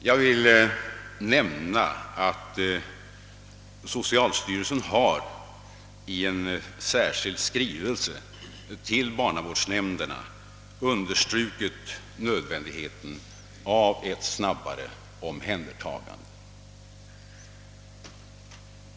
Jag vill nämna att socialstyrelsen i en särskild skrivelse till barnavårdsnämnderna har understrukit nödvändigheten av snabbare ingripanden.